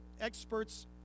experts